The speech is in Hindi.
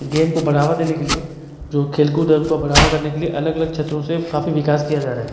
गेम को बढ़ावा देने के लिए जो खेल कूद हैं उनको बढ़ावा करने के लिए अलग अलग क्षेत्रों से काफ़ी विकास किया जा रहा है